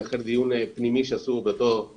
לאחר דיון פנימי שעשו באותו רגע.